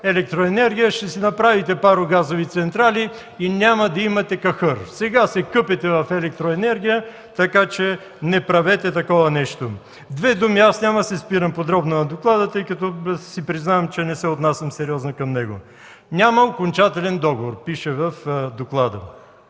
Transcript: електроенергия, ще си направите парогазови централи и няма да имате кахър. Сега се къпете в електроенергия, така че не правете такова нещо.” Няма да се спирам подробно на доклада, тъй като си признавам, че не се отнасям сериозно към него. „Няма окончателен договор” – пише в доклада.